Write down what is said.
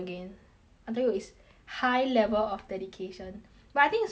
until is high level of dedication but I think it's fun leh it's like